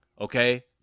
okay